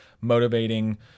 motivating